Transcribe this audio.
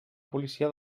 policia